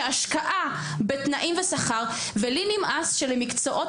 שההעסקה בתנאים ושכר ולי נמאס שלמקצועות